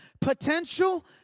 Potential